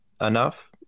enough